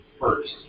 First